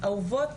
ואהובות,